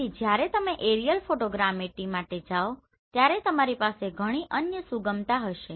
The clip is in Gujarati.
તેથી જ્યારે તમે એરિયલ અથવા એરિયલ ફોટોગ્રામેટ્રી માટે જાઓ ત્યારે તમારી પાસે ઘણી અન્ય સુગમતા હશે